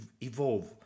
evolve